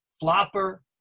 flopper